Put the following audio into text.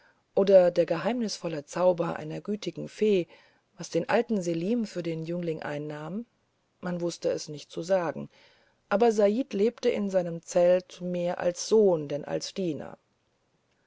oder der geheimnisvolle zauber einer gütigen fee was den alten selim für den jüngling einnahm man wußte es nicht zu sagen aber said lebte in seinem zelt mehr als sohn denn als diener